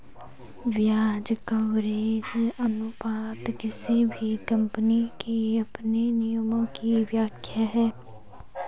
ब्याज कवरेज अनुपात किसी भी कम्पनी के अपने नियमों की व्याख्या है